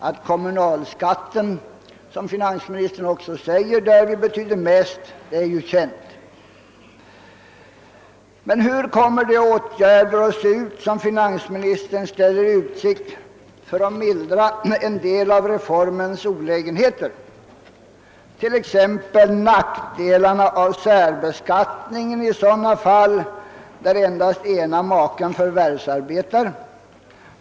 Att kommunalskatten, som finansministern också säger, därvid betyder mest är ju känt. Men hur kommer de åtgärder att se ut, som finansministern ställer i utsikt för att mildra en del av reformens olägenheter, t.ex. nackdelarna av särbeskattningen i sådana fall där endast ena maken förvärvsarbetar?